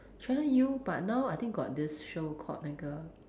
channel U but now I think got this show called 那个